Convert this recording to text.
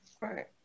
Right